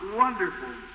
wonderful